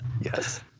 yes